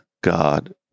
God